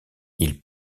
ils